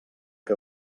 que